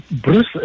Bruce